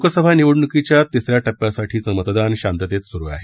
लोकसभा निवडणुकीच्या तिस या टप्प्यासाठीचं मतदान शांततेत सुरु आहे